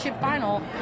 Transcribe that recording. final